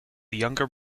younger